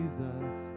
Jesus